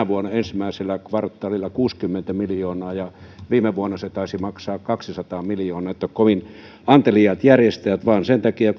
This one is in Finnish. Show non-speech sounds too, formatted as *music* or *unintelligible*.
*unintelligible* vuonna ensimmäisellä kvartaalilla kuusikymmentä miljoonaa ja viime vuonna se taisi maksaa kaksisataa miljoonaa niin että kovin anteliaat järjestäjät vain sen takia *unintelligible*